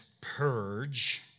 purge